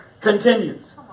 Continues